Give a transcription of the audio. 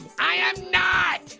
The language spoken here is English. i am not!